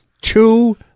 two